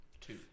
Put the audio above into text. Two